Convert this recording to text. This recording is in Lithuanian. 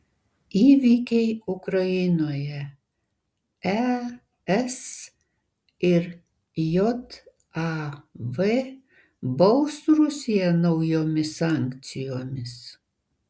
įvykiai ukrainoje es ir jav baus rusiją naujomis sankcijomis